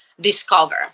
discover